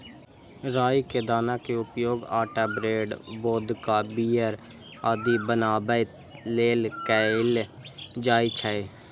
राइ के दाना के उपयोग आटा, ब्रेड, वोदका, बीयर आदि बनाबै लेल कैल जाइ छै